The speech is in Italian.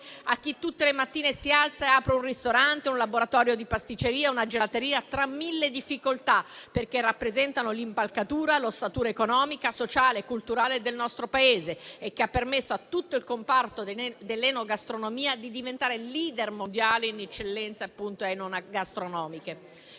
a chi tutte le mattine si alza e apre un ristorante, un laboratorio di pasticceria o una gelateria tra mille difficoltà, perché rappresentano l'impalcatura, l'ossatura economica, sociale e culturale del nostro Paese, che ha permesso a tutto il comparto dell'enogastronomia di diventare *leader* mondiale in eccellenze enogastronomiche.